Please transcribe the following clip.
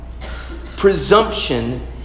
Presumption